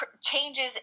changes